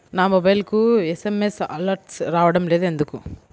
నా మొబైల్కు SMS alerts రావడం లేదు ఎందుకు?